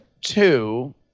two